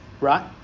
right